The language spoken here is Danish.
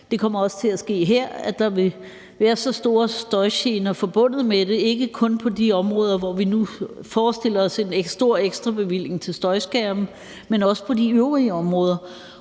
Det kommer også til at ske her, at der vil være så store støjgener forbundet med det, og det gælder ikke kun på de områder, hvor vi nu forestiller os en stor ekstra bevilling til støjskærme, men også på de øvrige områder.